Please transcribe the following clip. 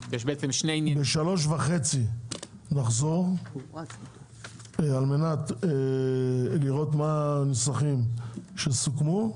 ב- 15:30 נחזור על מנת לראות מה הנוסחים שסוכמו,